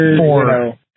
four